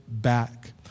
back